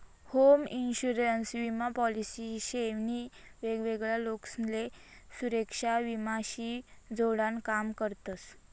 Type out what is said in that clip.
home insurance विमा policy शे नी वेगवेगळा लोकसले सुरेक्षा विमा शी जोडान काम करतस